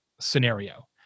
scenario